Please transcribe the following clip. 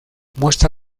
muestra